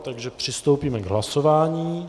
Takže přistoupíme k hlasování.